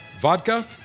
vodka